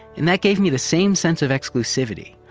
and that gave me the same sense of exclusivity,